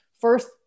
First